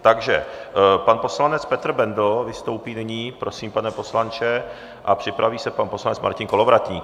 Takže pan poslanec Petr Bendl vystoupí nyní, prosím, pane poslanče, a připraví se pan poslanec Martin Kolovratník.